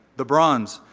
the bronze.